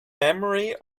memory